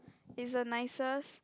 is the nicest